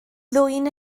ddwyn